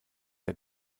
der